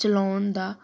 ਚਲਾਉਣ ਦਾ